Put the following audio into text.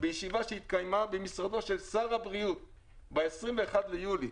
בישיבה שהתקיימה במשרדו של שר הבריאות ב-21 ביוני,